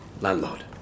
landlord